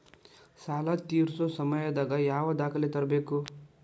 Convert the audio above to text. ಸಾಲಾ ತೇರ್ಸೋ ಸಮಯದಾಗ ಯಾವ ದಾಖಲೆ ತರ್ಬೇಕು?